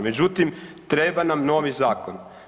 Međutim, treba nam novi zakon.